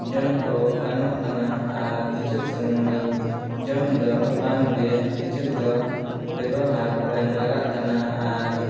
ᱡᱚᱢ ᱠᱚ ᱜᱟᱱᱚᱜ ᱠᱟᱱᱟ ᱟᱨ ᱠᱤᱪᱷᱩ ᱥᱩᱱᱩᱢ ᱫᱚ ᱡᱚᱢ ᱫᱚ ᱵᱟᱝᱜᱮ ᱠᱤᱪᱷᱩ ᱫᱚ ᱵᱮᱵᱚᱦᱟᱨ ᱠᱚᱨᱮ ᱞᱟᱜᱟᱜ ᱠᱟᱱᱟ ᱟᱨ